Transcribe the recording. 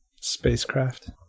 spacecraft